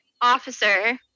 officer